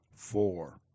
Four